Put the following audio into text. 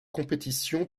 compétition